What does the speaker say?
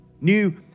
new